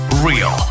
real